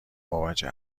مواجه